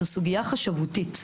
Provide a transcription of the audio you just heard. זו סוגיה חשבותית.